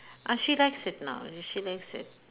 uh she likes it now she likes it